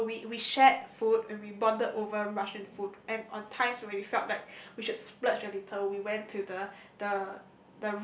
so we we shared food and we bonded over Russian food and on time where we felt like we should splurge a little we went to the the